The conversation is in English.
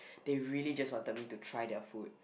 they really just wanted me to try their food